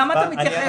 למה אתה מתייחס לזה?